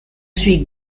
suis